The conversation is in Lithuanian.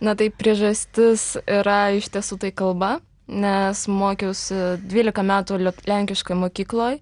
na tai priežastis yra iš tiesų tai kalba nes mokiausi dvylika metų lenkiškoj mokykloj